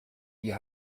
hier